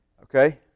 Okay